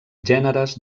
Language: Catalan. gèneres